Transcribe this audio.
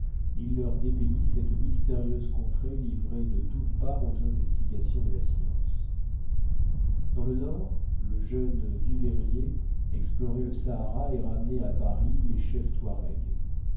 il leur dépeignit cette mystérieuse contrée livrée de toutes part aux investigations de la science dans le nord le jeune duveyrier explorait le sahara et ramenait à paris les chefs touaregs